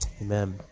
amen